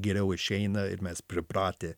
geriau išeina ir mes pripratę